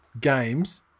games